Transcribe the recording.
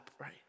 right